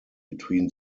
between